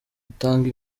utanga